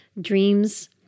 dreams